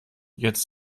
jetzt